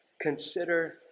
consider